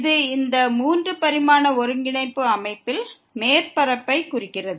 இது இந்த 3 பரிமாண ஒருங்கிணைப்பு அமைப்பில் மேற்பரப்பைக் குறிக்கிறது